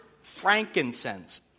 frankincense